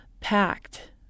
packed